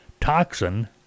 toxin